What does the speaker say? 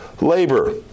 labor